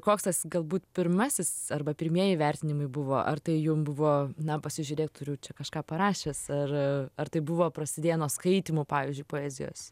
koks tas galbūt pirmasis arba pirmieji vertinimai buvo ar tai jum buvo na pasižiūrėk turiu čia kažką parašęs ar ar tai buvo prasidėjo nuo skaitymų pavyzdžiui poezijos